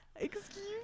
excuse